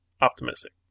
Optimistic